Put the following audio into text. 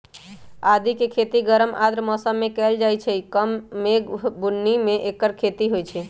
आदिके खेती गरम आर्द्र मौसम में कएल जाइ छइ कम मेघ बून्नी में ऐकर खेती होई छै